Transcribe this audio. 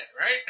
right